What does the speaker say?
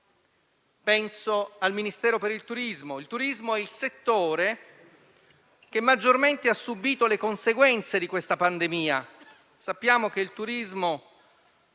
penso al Ministero del turismo. Il turismo è il settore che maggiormente ha subito le conseguenze della pandemia. Sappiamo che il turismo